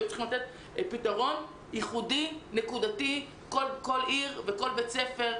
היו צריכים לתת פתרון ייחודי ונקודתי בכל עיר ובכל בית ספר,